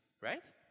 right